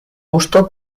gusto